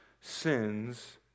sins